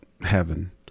heaven